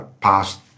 past